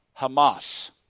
Hamas